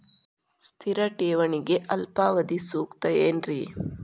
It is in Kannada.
ಸ್ಥಿರ ಠೇವಣಿಗೆ ಅಲ್ಪಾವಧಿ ಸೂಕ್ತ ಏನ್ರಿ?